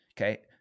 Okay